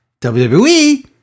WWE